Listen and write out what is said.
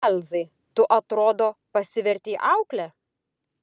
čarlzai tu atrodo pasivertei aukle